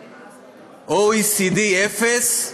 OECD, 0,